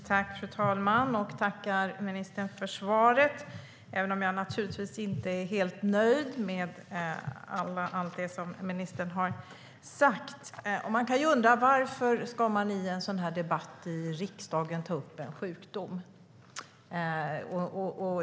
Fru talman! Jag tackar ministern för svaret, även om jag naturligtvis inte är helt nöjd med allt som ministern sa. Man kan undra varför man i en sådan här debatt i riksdagen ska ta upp en sjukdom.